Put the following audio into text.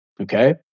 Okay